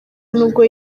nubwo